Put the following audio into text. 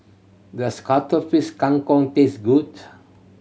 does Cuttlefish Kang Kong taste good